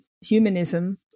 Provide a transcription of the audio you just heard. humanism